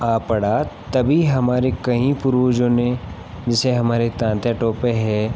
आ पड़ा तभी हमारे कहीं पूर्वजों ने जैसे हमारे तात्या टोपे है